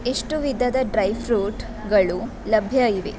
ಎಷ್ಟು ವಿಧದ ಡ್ರೈ ಫ್ರೂಟ್ಗಳು ಲಭ್ಯ ಇವೆ